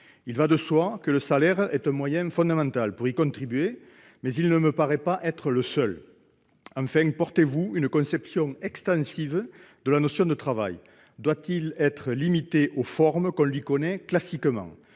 Il va de soi que le salaire est un moyen fondamental pour atteindre cet objectif, mais il ne me paraît pas être le seul. Portez-vous une conception extensive de la notion de travail ? Le travail doit-il être limité aux formes qu'on lui connaît classiquement ?